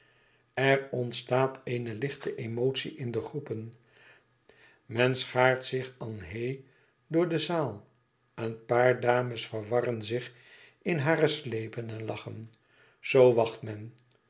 er ontstaat eene lichte emotie in de groepen men schaart zich en haie door de zaal een paar dames verwarren zich in hare sleepen en lachen zoo wacht men